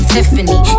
Tiffany